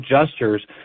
adjusters